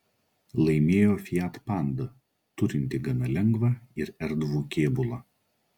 laimėjo fiat panda turinti gana lengvą ir erdvų kėbulą